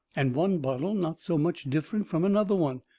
and one bottle not so much different from another one.